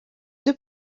deux